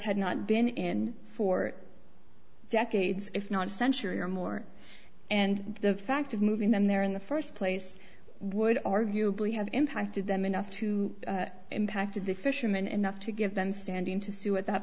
had not been in for decades if not a century or more and the fact of moving them there in the first place would arguably have impacted them enough to impacted the fishermen enough to give them standing to sue at that